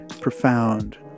profound